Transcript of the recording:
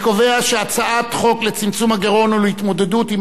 הצעת חוק לצמצום הגירעון ולהתמודדות עם